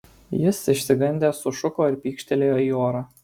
jis išsigandęs sušuko ir pykštelėjo į orą